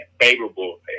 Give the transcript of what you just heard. favorable